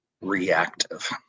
reactive